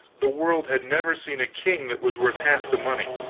the world had never seen a king that was worth half the money,